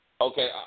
Okay